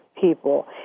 people